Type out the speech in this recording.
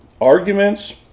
arguments